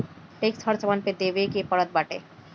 tax हर सामान पे देवे के पड़त बाटे